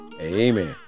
Amen